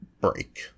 break